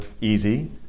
easy